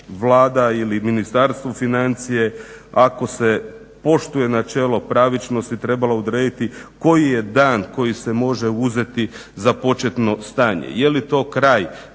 Vlada ili Ministarstvo financija ako se poštuje načelo pravičnosti trebala odrediti koji je dan koji se može uzeti za početno stanje. Je li to kraj